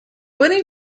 winning